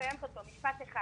משפט אחד